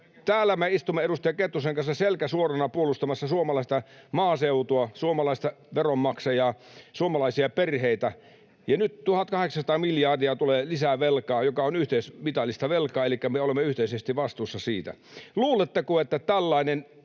täällä me istumme edustaja Kettusen kanssa selkä suorana puolustamassa suomalaista maaseutua, suomalaista veronmaksajaa, suomalaisia perheitä. Ja nyt 1 800 miljardia tulee lisää velkaa, joka on yhteismitallista velkaa, elikkä me olemme yhteisesti vastuussa siitä. Luuletteko, että tällainen